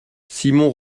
simon